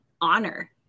honor